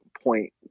point